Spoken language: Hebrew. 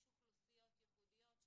יש אוכלוסיות ייחודיות.